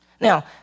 Now